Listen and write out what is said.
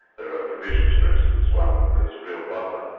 there are provisions for instance, one is a real bottler.